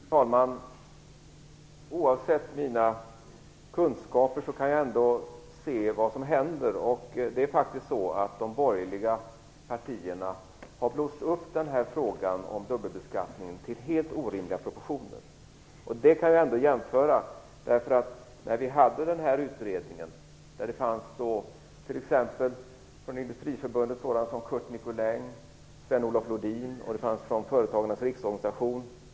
Fru talman! Oavsett mina kunskaper kan jag ändå se vad som händer. De borgerliga partierna har blåst upp den här frågan om dubbelbeskattningen till helt orimliga proportioner. Jag kan göra en jämförelse. Det gjordes en utredning. Där deltog sådana som Curt Nicolin och Sven Olof Lodin från Industriförbundet, och det fanns personer från Företagarnas riksorganisation.